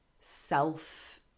self